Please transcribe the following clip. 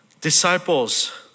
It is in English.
Disciples